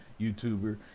YouTuber